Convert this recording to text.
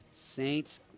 Saints